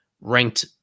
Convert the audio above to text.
ranked